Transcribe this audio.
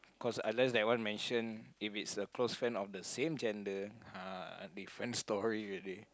cause unless that one mention if it's the close friend of the same gender [hah] different story already